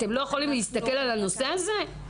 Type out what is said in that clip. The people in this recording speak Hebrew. אתם לא יכולים להסתכל על הנושא הזה?